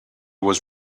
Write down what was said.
was